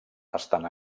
estan